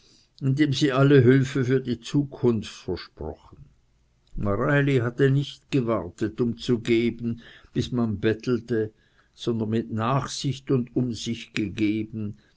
indem sie alle hilfe für die zukunft versprochen mareili hatte nicht gewartet um zu geben bis man bettelte sondern mit nachdenken und umsicht gegeben